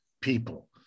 people